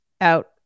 out